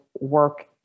work